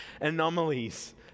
anomalies